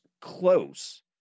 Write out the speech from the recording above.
close